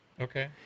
Okay